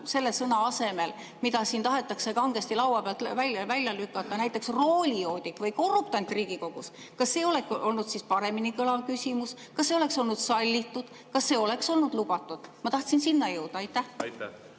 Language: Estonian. selle sõna asemel, mida siin tahetakse kangesti laua pealt ära lükata, näiteks roolijoodik või korruptant Riigikogus, kas see oleks olnud paremini kõlav küsimus, kas see oleks olnud sallitud, kas see oleks olnud lubatud? Ma tahtsin sinna jõuda. Me